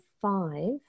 five